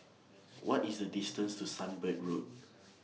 What IS The distance to Sunbird Road